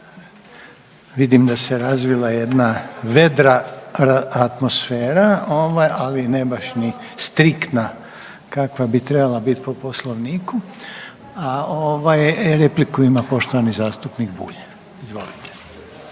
Vidim da se razvila jedna vedra atmosfera o ovome, ali ne baš ni striktna kakva bi trebala bit po Poslovnika, a ovaj repliku ima poštovani zastupnik Bulj, izvolite.